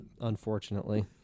Unfortunately